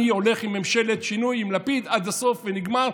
אני הולך לממשלת שינוי עם לפיד עד הסוף, ונגמר.